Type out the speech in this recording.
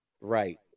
right